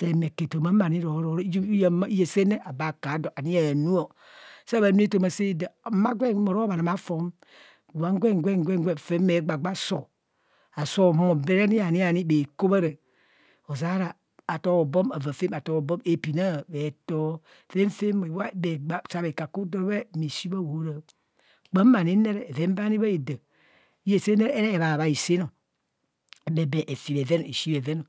See ke etoma ma ni rororo iyenne abu ka do emi anu saa bha nu etoma saa dam mma gwen mo ro maramaa fon bhe gba gba sub soo humo ani ani ani bhe kobhara. Ozeara, ato hobho avaa fam, ato hobhom avaa fam epina, bheto fạm fạm. Kpạn ani kheren bani bhada iyesenne se bae sin.